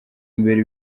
imbere